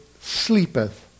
sleepeth